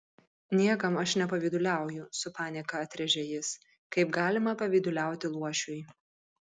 niekam aš nepavyduliauju su panieka atrėžė jis kaip galima pavyduliauti luošiui